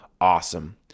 awesome